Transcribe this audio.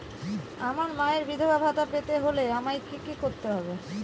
আমার মায়ের বিধবা ভাতা পেতে হলে আমায় কি কি করতে হবে?